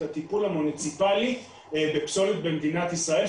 הטיפול המוניציפלי בפסולת במדינת ישראל,